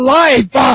life